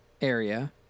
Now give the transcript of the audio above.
area